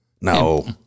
No